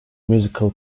musical